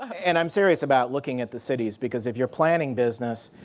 and i'm serious about looking at the cities. because if you're planning business,